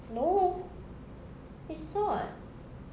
no it's not